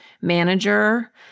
manager